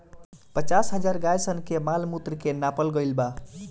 पचास हजार गाय सन के मॉल मूत्र के नापल गईल बा